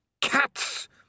Cats